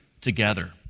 together